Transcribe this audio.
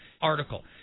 article